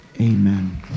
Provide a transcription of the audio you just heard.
Amen